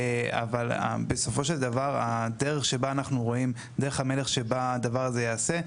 אבל בסופו של דבר דרך המלך שבה הדבר הזה ייעשה,